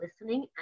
listening